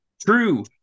True